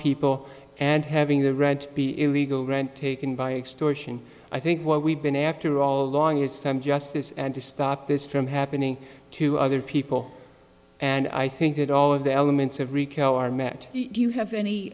people and having the rent be illegal rent taken by extortion i think what we've been after all along is time justice and to stop this from happening to other people and i think that all of the elements of